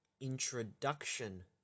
Introduction